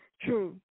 true